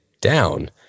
down